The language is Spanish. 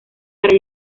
para